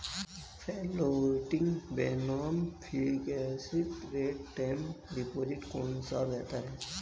Floating बनाम fixed rate term deposit कौन सा बेहतर है?